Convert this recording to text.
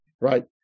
right